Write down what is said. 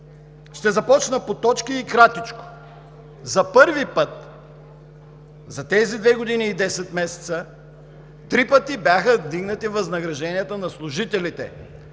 Ще започна по точки и кратичко. За първи път за тези две години и 10 месеца три пъти бяха вдигнати възнагражденията на служителите